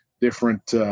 different